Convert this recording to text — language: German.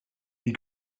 die